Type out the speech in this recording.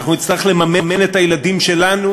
אנחנו נצטרך לממן את הילדים שלנו,